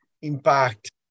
impact